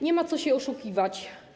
Nie ma co się oszukiwać.